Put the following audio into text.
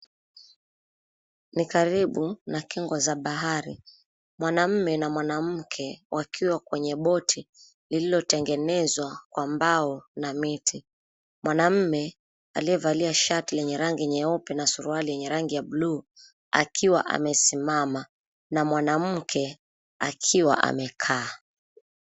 Ni karibu na kingo za bahari. Mwanamume na mwanamke wakiwa kwenye boti lililotengenezwa kwa mbao na miti. Mwanamume aliyevalia shati yenye rangi nyeupe na suruali yenye rangi ya buluu akiwa amesimama, na mwanamke akiwa amekaa.